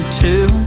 two